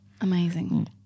Amazing